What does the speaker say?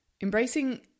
Embracing